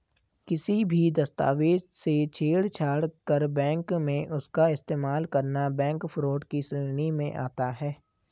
किसी भी दस्तावेज से छेड़छाड़ कर बैंक में उसका इस्तेमाल करना बैंक फ्रॉड की श्रेणी में आता है